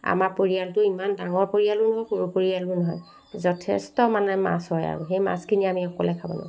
আমাৰ পৰিয়ালটো ইমান ডাঙৰ পৰিয়ালো নহয় সৰু পৰিয়ালো নহয় যথেষ্ট মানে মাছ হয় আৰু সেই মাছখিনি আমি অকলে খাব নোৱাৰোঁ